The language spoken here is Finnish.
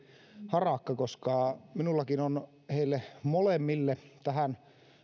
harakka koska minullakin on heille molemmille tähän